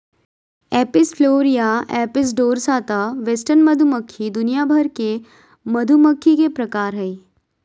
Apis florea, Apis dorsata, western मधुमक्खी दुनिया भर के मधुमक्खी के प्रकार हय